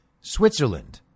Switzerland